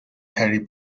harry